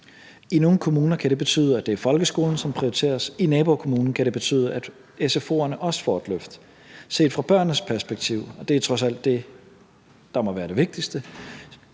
I nogle kommuner kan det betyde, at det er folkeskolen, som prioriteres, mens det i nabokommunen kan betyde, at sfo'erne også får et løft. Set fra børnenes perspektiv – og det er trods alt det, der må være det vigtigste